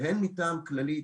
גברתי,